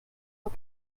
but